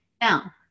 Now